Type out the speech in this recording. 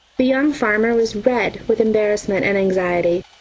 the young farmer was red with embarrassment and anxiety.